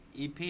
EP